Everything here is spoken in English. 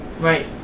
Right